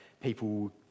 people